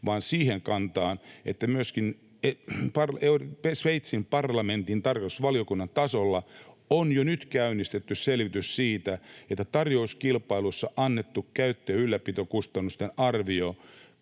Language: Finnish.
vaan siihen, että myöskin Sveitsin parlamentin tarkastusvaliokunnan tasolla on jo nyt käynnistetty selvitys tarjouskilpailussa annetusta käyttö- ja ylläpitokustannusten arviosta